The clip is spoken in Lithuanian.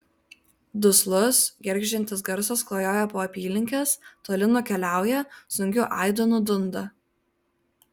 duslus gergždžiantis garsas klajoja po apylinkes toli nukeliauja sunkiu aidu nudunda